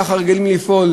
ככה רגילים לפעול